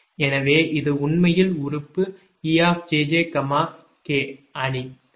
எனவே இது உண்மையில் உறுப்பு 𝑒 𝑗𝑗 𝑘 அணி வலது